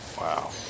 Wow